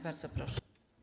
Bardzo proszę.